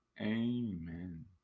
Amen